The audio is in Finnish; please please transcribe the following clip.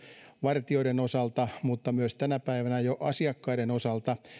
vartijoiden osalta mutta tänä päivänä jo myös asiakkaiden osalta